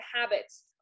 habits